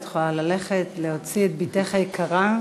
את יכולה ללכת להוציא את בתך היקרה.